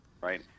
Right